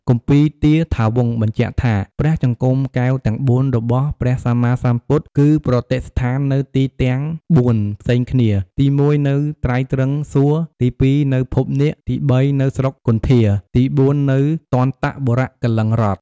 គម្ពីទាថាវង្សបញ្ជាក់ថា ព្រះចង្កូមកែវទាំង ៤ របស់ព្រះសម្មាសម្ពុទ្ធ គឺប្រតិស្ថាននៅទីទាំង ៤ ផ្សេងគ្នា ទី១នៅត្រៃត្រឹង្សសួគ៌ ទី២ នៅភពនាគ ទី៣ នៅស្រុកគន្ធា ទី៤ នៅទន្ដបុរៈកលិង្គរដ្ឋ។